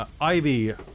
Ivy